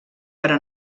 però